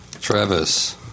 Travis